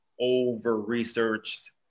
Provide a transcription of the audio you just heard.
over-researched